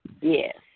Yes